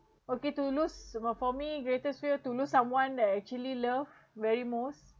okay to lose about for me greatest fear to lose someone that I actually love very most